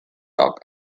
talk